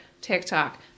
TikTok